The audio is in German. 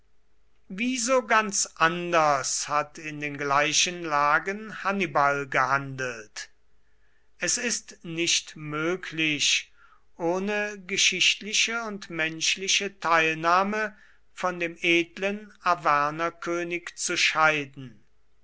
wie so ganz anders hat in den gleichen lagen hannibal gehandelt es ist nicht möglich ohne geschichtliche und menschliche teilnahme von dem edlen arvernerkönig zu scheiden